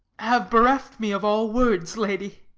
have bereft me of all words, lady.